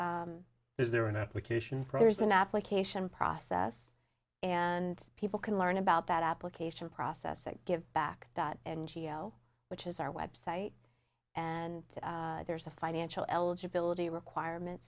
is there an application for there's an application process and people can learn about that application process and give back that and cio which is our web site and there's a financial eligibility requirements